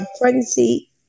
pregnancy